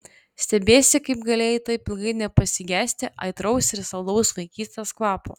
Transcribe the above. stebiesi kaip galėjai taip ilgai nepasigesti aitraus ir saldaus vaikystės kvapo